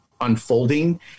unfolding